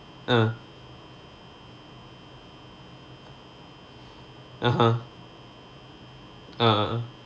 ah (uh huh) ah ah ah